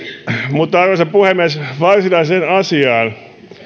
mutta arvoisa puhemies varsinaiseen asiaan